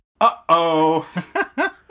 Uh-oh